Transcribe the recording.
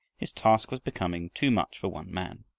his task was becoming too much for one man.